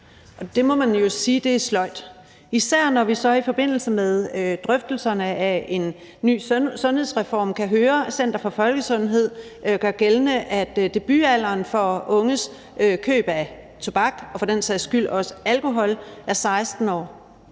det må man jo sige er sløjt – især når vi så i forbindelse med drøftelserne af en ny sundhedsreform kan høre, at Statens Institut for Folkesundhed gør gældende, at debutalderen for unges køb af tobak og for den sags skyld også alkohol er 16 år.